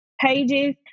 pages